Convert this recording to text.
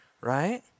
Right